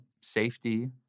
safety